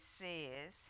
says